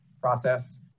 process